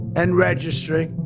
and registering